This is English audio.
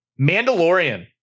Mandalorian